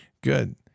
Good